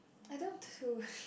I don't want to